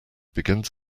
begins